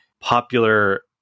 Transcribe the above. popular